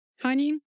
Honey